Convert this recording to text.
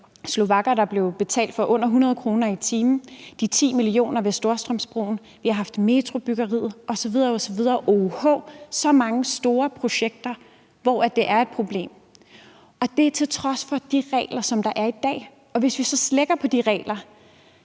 slovakker, der blev betalt med under 100 kr. i timen, der er de 10 mio. kr. ved Storstrømsbroen, vi har haft metrobyggeriet, OUH osv., osv. Der er tale om så mange store projekter, hvor det er et problem, og det er til trods for de regler, der er i dag. Hvis vi så slækker på de regler,